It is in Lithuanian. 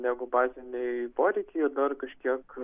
negu baziniai poreikiai dar kažkiek